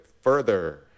further